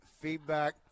feedback